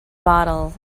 bottle